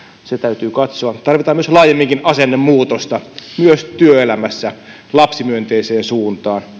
se täytyy katsoa tarvitaan myös laajemminkin asennemuutosta myös työelämässä lapsimyönteiseen suuntaan